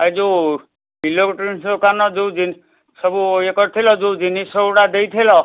ଏ ଯେଉଁ ଇଲୋଟ୍ରୋନିକ୍ସ ଦୋକାନ ଯେଉଁ ସବୁ ଇଏ କରିଥିଲ ଯେଉଁ ଜିନିଷଗୁଡ଼ା ଦେଇଥିଲ